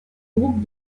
groupe